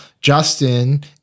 justin